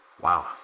wow